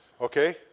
Okay